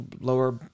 lower